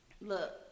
look